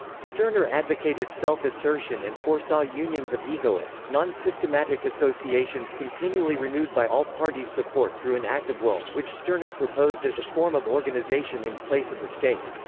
stirner advocated self-assertion and foresaw unions of egoists, non-systematic associations continually renewed by all parties' support through an act of will, which stirner proposed as a form of organisation in place of the state.